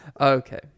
okay